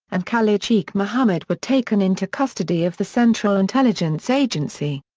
and khalid sheikh mohammed were taken into custody of the central intelligence agency.